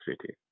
City